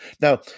Now